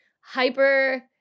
hyper